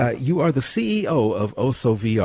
ah you are the ceo of osso vr.